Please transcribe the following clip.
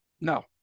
No